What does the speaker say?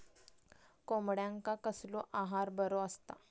कोंबड्यांका कसलो आहार बरो असता?